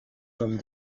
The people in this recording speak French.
comme